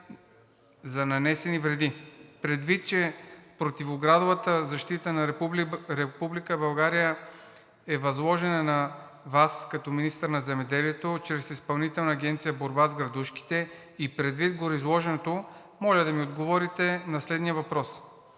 за нанесени вреди. Предвид че противоградовата защита на Република България е възложена на Вас като министър на земеделието чрез Изпълнителна агенция „Борба е градушките“ и предвид гореизложено, моля да ми отговорите на следния въпрос: